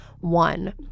one